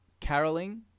caroling